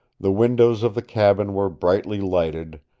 the windows of the cabin were brightly lighted,